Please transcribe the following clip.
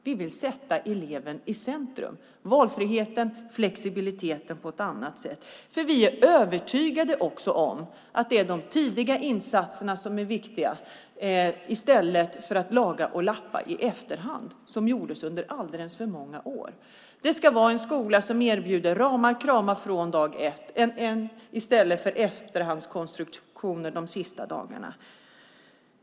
Vi vill sätta eleven i centrum vad gäller valfriheten och flexibiliteten. Vi är nämligen övertygade om att det är de tidiga insatserna som är viktiga i stället för att man lagar och lappar i efterhand som gjordes under alldeles för många år. Det ska vara en skola som erbjuder ramar och kramar från dag ett i stället för att sätta in åtgärder under de sista dagarna.